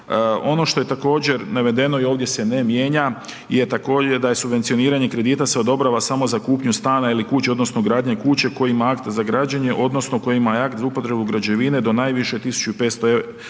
Ono što je također navedeno i ovdje se ne mijenja je također da je subvencioniranje kredita se odobrava samo za kupnju stana ili kuće odnosno gradnje kuće tko ima akte za građenje odnosno koji ima akt za upotrebu građevine do najviše 1.500